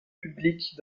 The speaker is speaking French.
publiques